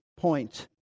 point